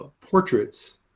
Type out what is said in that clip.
portraits